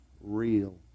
real